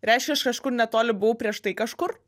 reiškia iš kažkur netoli buvau prieš tai kažkur